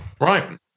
Right